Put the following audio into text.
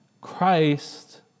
Christ